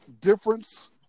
difference